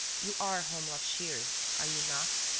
you are holmlock shears, are you not?